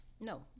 No